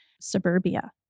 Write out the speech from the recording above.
suburbia